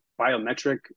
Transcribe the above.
biometric